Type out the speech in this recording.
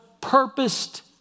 purposed